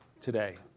today